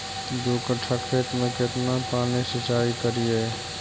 दू कट्ठा खेत में केतना पानी सीचाई करिए?